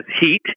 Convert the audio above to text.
heat